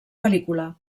pel·lícula